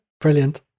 Brilliant